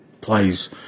plays